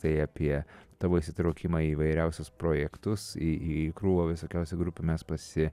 tai apie tavo įsitraukimą į įvairiausius projektus į į krūvą visokiausių grupių mes pasi